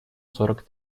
сорок